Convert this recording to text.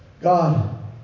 God